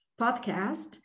podcast